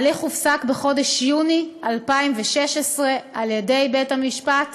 ההליך הופסק בחודש יוני 2016 על ידי בית-המשפט,